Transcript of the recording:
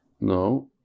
No